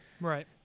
Right